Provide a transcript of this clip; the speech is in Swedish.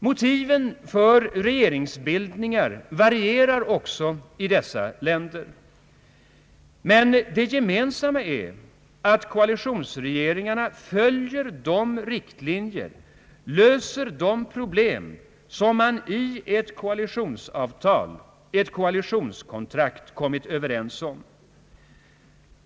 Motiven för regeringsbildningarna varierar också i dessa länder, men det gemensamma är att koalitionsregeringarna följer de riktlinjer för problemens lösning som man har kommit överens om i ett koalitionsavtal, ett koalitionskontrakt.